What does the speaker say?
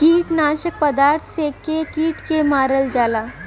कीटनाशक पदार्थ से के कीट के मारल जाला